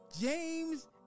James